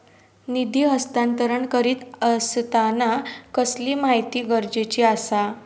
निधी हस्तांतरण करीत आसताना कसली माहिती गरजेची आसा?